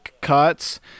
cuts